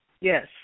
Yes